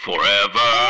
Forever